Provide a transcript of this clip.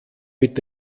mit